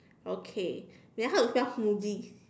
okay then how you spell smoothie